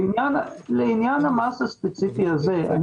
לעניין המס הספציפי הזה,